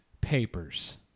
papers